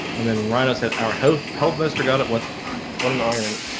and then rino said our health health minister. got it. what what an irony?